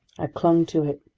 i clung to it.